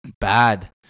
bad